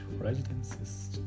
residences